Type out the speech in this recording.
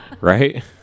Right